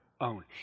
own